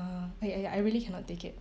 uh I I I really cannot take it